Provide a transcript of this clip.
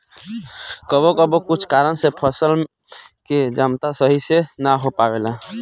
कबो कबो कुछ कारन से फसल के जमता सही से ना हो पावेला